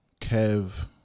Kev